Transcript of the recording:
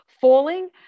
falling